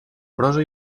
prosa